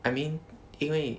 I mean 因为